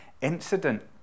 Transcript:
incident